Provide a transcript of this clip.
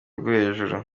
rw’igihugu